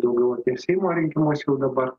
daugiau apie seimo rinkimus jau dabar